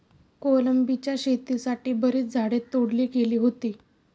कोलंबीच्या शेतीसाठी बरीच झाडे तोडली गेली होती